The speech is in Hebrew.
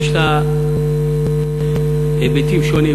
יש לה היבטים שונים,